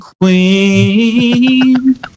Queen